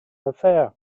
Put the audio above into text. affair